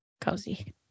cozy